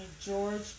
George